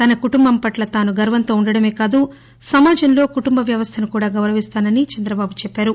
తన కుటుంబం పట్ల తానూ గర్వంతో ఉండడమే కాదు సమాజంలో కుటుంబ వ్యవస్లను కూడా గౌరవిస్తానని చంద్రబాబు అన్నారు